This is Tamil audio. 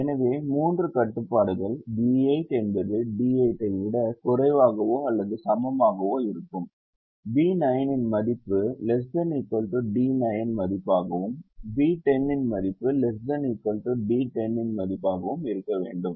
எனவே மூன்று கட்டுப்பாடுகள் B8 என்பது D8 ஐ விடக் குறைவாகவோ அல்லது சமமாகவோ இருக்கும் B9 மதிப்பு ≤ D9 மதிப்பாகவும் B10 மதிப்பு ≤ D10 மதிப்பாகவும் இருக்க வேண்டும்